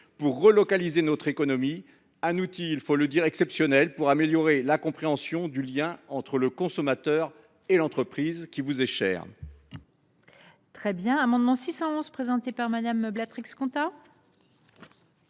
pour relocaliser notre économie et un outil il faut le dire exceptionnel pour améliorer la compréhension du lien entre le consommateur et l’entreprise, qui vous est chère,